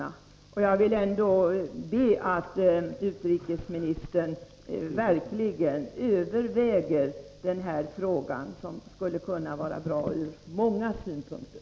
Jag vill ändå be utrikesministern att verkligen överväga den här frågan. Det skulle kunna vara bra ur många synpunkter.